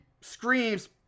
screams